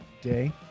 day